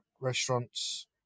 restaurants